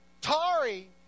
Tari